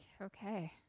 okay